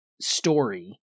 story